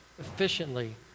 efficiently